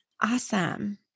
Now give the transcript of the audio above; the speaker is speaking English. Awesome